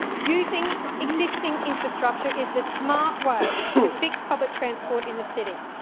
using existing infrastructure is the smart way to fix public transport in the city,